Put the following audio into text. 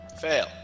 Fail